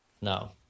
No